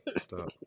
Stop